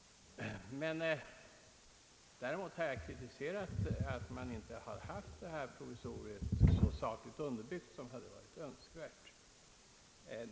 Däremot har jag kritiserat att han inte har haft detta provisorium så sakligt underbyggt som hade varit önskvärt.